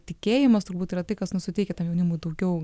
tikėjimas turbūt yra tai kas nu suteikia tam jaunimui daugiau